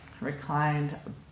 Reclined